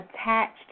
attached